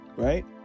Right